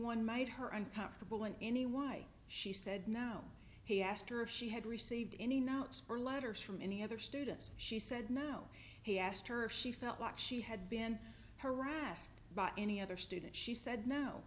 anyone made her uncomfortable and any why she said no he asked her if she had received any notes or letters from any other students she said no he asked her if she felt like she had been harassed by any other student she said no